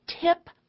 tip